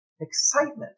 excitement